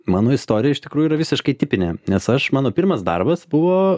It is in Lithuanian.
mano istorija iš tikrųjų yra visiškai tipinė nes aš mano pirmas darbas buvo